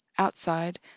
Outside